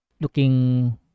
Looking